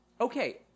Okay